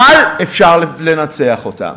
אבל אפשר לנצח אותם.